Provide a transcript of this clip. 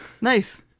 Nice